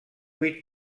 vuit